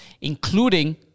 including